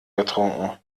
getrunken